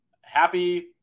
happy